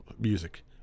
music